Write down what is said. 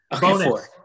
Bonus